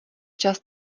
čas